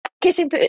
kissing